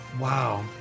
wow